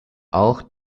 auch